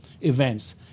events